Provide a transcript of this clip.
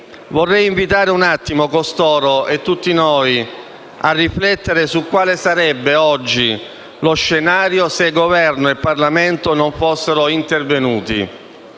Vorrei invitare un attimo costoro e tutti noi a riflettere su quale sarebbe oggi lo scenario se Governo e Parlamento non fossero intervenuti: